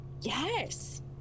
Yes